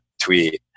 tweet